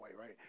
right